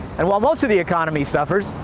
and while most of the economy suffers,